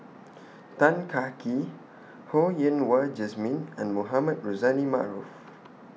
Tan Kah Kee Ho Yen Wah Jesmine and Mohamed Rozani Maarof